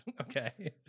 Okay